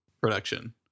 production